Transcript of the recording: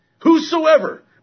Whosoever